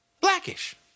Blackish